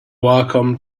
wacom